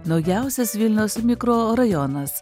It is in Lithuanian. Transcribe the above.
naujausias vilniaus mikrorajonas